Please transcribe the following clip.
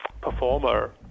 performer